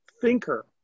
thinker